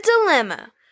Dilemma